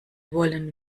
wollen